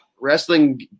wrestling